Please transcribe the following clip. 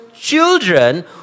children